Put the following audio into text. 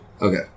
Okay